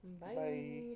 Bye